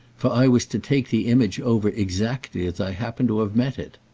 for i was to take the image over exactly as i happened to have met it.